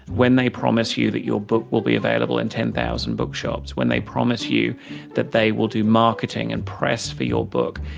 when they promise you that your book will be available in ten thousand bookshops, when they promise you that they will do marketing and press for your book,